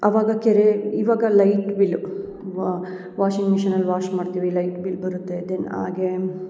ಅವಾಗ ಕೆರೆ ಇವಾಗ ಲೈಟ್ ಬಿಲ್ ವಾಷಿಂಗ್ ಮಿಶಿನಲ್ಲಿ ವಾಶ್ ಮಾಡ್ತೀವಿ ಲೈಟ್ ಬಿಲ್ ಬರುತ್ತೆ ದೆನ್ ಹಾಗೇ